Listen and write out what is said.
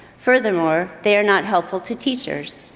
furthermore, they are not helpful to teachers.